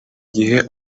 gihe